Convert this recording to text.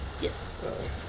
Yes